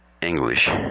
English